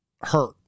hurt